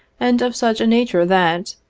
and of such a nature that,